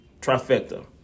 Trifecta